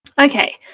Okay